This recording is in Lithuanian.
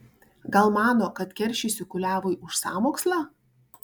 gal mano kad keršysiu kuliavui už sąmokslą